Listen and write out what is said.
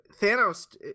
thanos